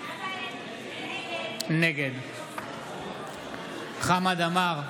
נגד חמד עמאר,